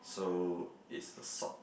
so it's the sock